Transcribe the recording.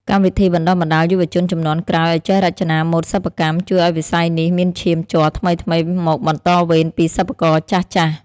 កម្មវិធីបណ្ដុះបណ្ដាលយុវជនជំនាន់ក្រោយឱ្យចេះរចនាម៉ូដសិប្បកម្ម ជួយឱ្យវិស័យនេះមានឈាមជ័រថ្មីៗមកបន្តវេនពីសិប្បករចាស់ៗ។